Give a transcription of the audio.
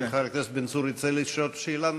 אם חבר הכנסת בן צור ירצה לשאול שאלה נוספת,